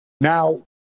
Now